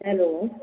hello